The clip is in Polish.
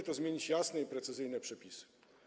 Mogą ją zmienić jasne i precyzyjne przepisy.